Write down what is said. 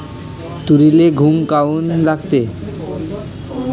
तुरीले घुंग काऊन लागते?